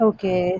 Okay